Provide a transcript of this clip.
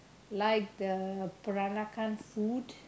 like the Peranakan food